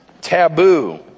taboo